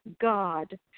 God